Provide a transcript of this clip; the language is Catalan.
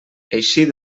eixir